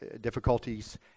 difficulties